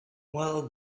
well